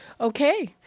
okay